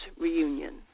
reunion